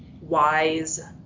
wise